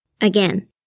Again